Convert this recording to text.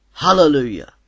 Hallelujah